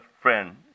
friend